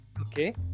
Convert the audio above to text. okay